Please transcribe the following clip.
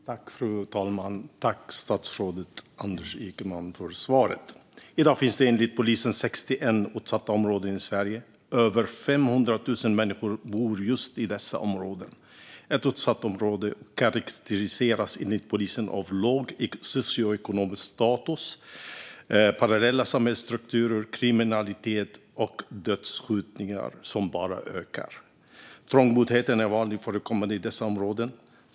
Fru talman! Tack, statsrådet Anders Ygeman, för svaret! I dag finns det enligt polisen 61 utsatta områden i Sverige. Över 500 000 människor bor just i dessa områden. Ett utsatt område karakteriseras enligt polisen av låg socioekonomisk status, parallella samhällsstrukturer, kriminalitet och dödsskjutningar som bara ökar. Trångboddheten är vanligt förekommande i dessa områden.